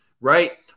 right